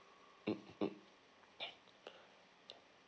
mm mm